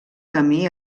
camí